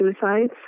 suicides